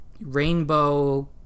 rainbow